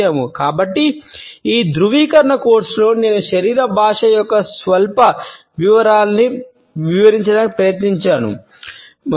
కాబట్టి ఈ ధృవీకరణ కోర్సులో నేను శరీర భాష యొక్క స్వల్ప వివరాలను వివరించడానికి ప్రయత్నించాను ఇది మన రోజువారీ వృత్తి జీవితంలో సర్వవ్యాప్త విషయంగా మారింది